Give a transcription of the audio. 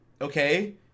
okay